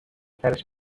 ترِش